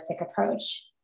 approach